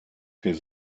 his